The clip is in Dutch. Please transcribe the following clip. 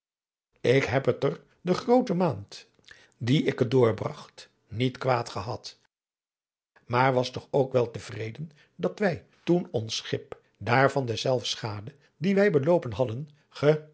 ik heb het er de groote maand die ik er doorbragt niet kwaad gehad maar was toch ook wel te vreden dat wij toen ons schip daar van deszelfs schade die wij beloopen hadden